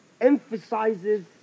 emphasizes